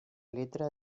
letra